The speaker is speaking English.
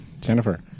Jennifer